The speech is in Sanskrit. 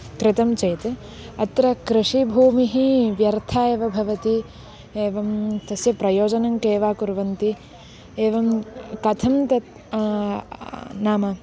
कृतं चेत् अत्र कृषिभूमिः व्यर्था एव भवति एवं तस्य प्रयोजनं के वा कुर्वन्ति एवं कथं तत् नाम